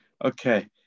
Okay